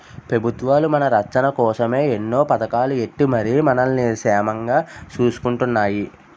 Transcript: పెబుత్వాలు మన రచ్చన కోసమే ఎన్నో పదకాలు ఎట్టి మరి మనల్ని సేమంగా సూసుకుంటున్నాయి